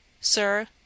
Sir